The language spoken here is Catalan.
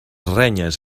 renyes